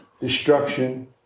destruction